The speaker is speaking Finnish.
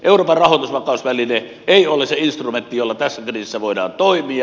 euroopan rahoitusvakausväline ei ole se instrumentti jolla tässä kriisissä voidaan toimia